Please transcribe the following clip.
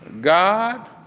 God